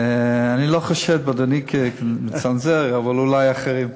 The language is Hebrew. אני לא חושד באדוני כמצנזר, אבל אולי אחרים.